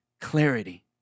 clarity